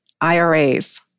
IRAs